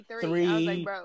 three